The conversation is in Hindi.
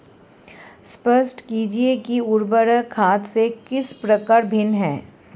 स्पष्ट कीजिए कि उर्वरक खाद से किस प्रकार भिन्न है?